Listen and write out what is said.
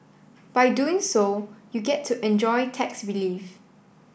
by doing so you get to enjoy tax relief